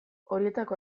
horietako